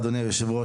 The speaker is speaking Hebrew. אדוני היושב-ראש,